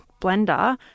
blender